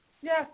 yes